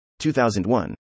2001